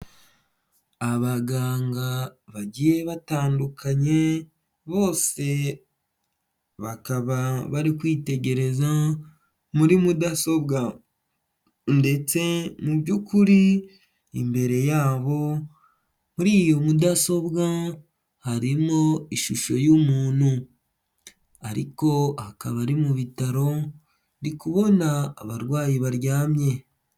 Abaganga bagiye batandukanye, bose bakaba bari kwitegereza muri mudasobwa ndetse mu by'ukuri imbere yabo, muri iyo mudasobwa harimo ishusho y'umuntu ariko akaba ari mu bitaro, ndi kubona abarwayi baryamye.